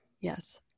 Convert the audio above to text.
Yes